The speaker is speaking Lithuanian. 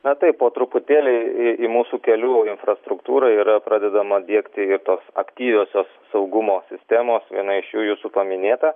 na taip po truputėlį į į mūsų kelių infrastruktūrą yra pradedama diegti ir tos aktyviosios saugumo sistemos viena iš jų jūsų paminėta